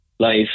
life